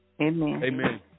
Amen